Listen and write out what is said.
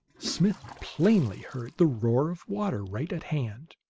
smith plainly heard the roar of water right at hand.